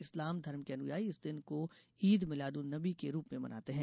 इस्लाम धर्म के अनुयायी इस दिन को ईद मिलाद उन नबी के रूप में मनाते हैं